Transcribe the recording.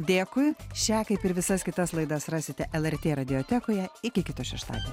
dėkui šią kaip ir visas kitas laidas rasite lrt radiotekoje iki kito šeštadienio